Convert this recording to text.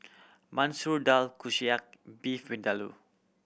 Masoor Dal Kushiyaki Beef Vindaloo